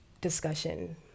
discussion